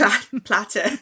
platter